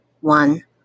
one